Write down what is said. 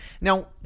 Now